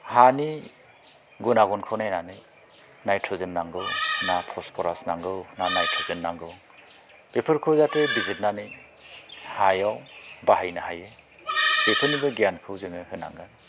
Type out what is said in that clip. हानि गुन आगुनखौ नायनानै नायट्रजेन नांगौ ना फसफरास नांगौ ना नायट्र्जेन नांगौ बेफोरखौ जाहाथे बिजिरनानै हायाव बाहायनो हायो बेफोरनो जोङो गियानखौ होनांगोन